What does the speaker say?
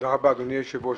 תודה רבה, אדוני היושב-ראש.